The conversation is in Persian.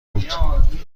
بود